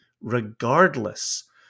regardless